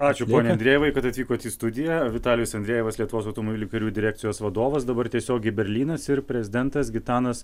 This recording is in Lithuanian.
ačiū pone andrejevai kad atvykot į studiją vitalijus andrejevas lietuvos automobilių kelių direkcijos vadovas dabar tiesiogiai berlynas ir prezidentas gitanas